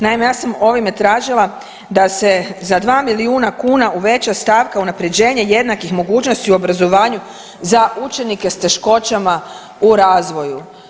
Naime, ja sam ovime tražila da se za 2 milijuna kuna uveća stavka Unaprjeđenje jednakih mogućnosti u obrazovanju za učenike s teškoćama u razvoju.